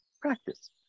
practice